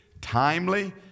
timely